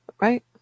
right